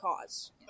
cause